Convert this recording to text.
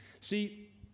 See